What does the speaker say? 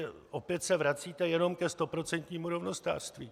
Prostě opět se vracíte jenom ke stoprocentnímu rovnostářství.